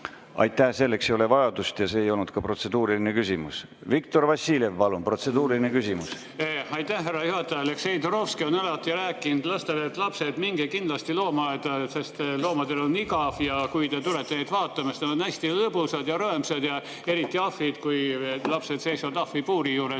Aitäh! Selleks ei ole vajadust ja see ei olnud ka protseduuriline küsimus. Viktor Vassiljev, palun, protseduuriline küsimus! Aitäh, härra juhataja! Aleksei Turovski on alati rääkinud lastele, et lapsed, minge kindlasti loomaaeda, sest loomadel on igav ja kui te tulete neid vaatama, siis nad on hästi lõbusad ja rõõmsad. Eriti ahvid – kui lapsed seisavad ahvide puuri juures,